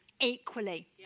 Equally